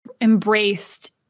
embraced